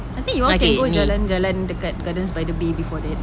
I think you all can go jalan-jalan dekat gardens by the bay before that